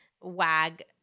wag